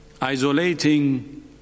isolating